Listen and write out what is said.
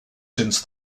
since